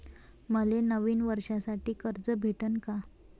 मले नवीन वर्षासाठी कर्ज भेटन का?